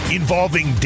involving